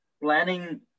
planning